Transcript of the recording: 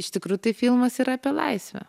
iš tikrųjų tai filmas yra apie laisvę